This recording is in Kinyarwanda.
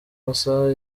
masaha